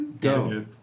Go